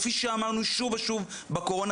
כפי שאמרנו שוב ושוב בקורונה,